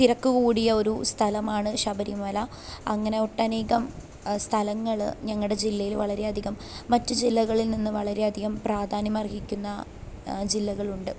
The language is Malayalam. തിരക്ക് കൂടിയ ഒരു സ്ഥലമാണ് ശബരിമല അങ്ങനെ ഒട്ടനേകം സ്ഥലങ്ങള് ഞങ്ങളുടെ ജില്ലയിൽ വളരെയധികം മറ്റ് ജില്ലകളിൽ നിന്ന് വളരെയധികം പ്രാധാന്യമർഹിക്കുന്ന ജില്ലകളുണ്ട്